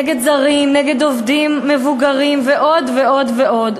נגד זרים, נגד עובדים מבוגרים ועוד ועוד ועוד.